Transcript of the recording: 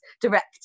director